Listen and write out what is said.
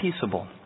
peaceable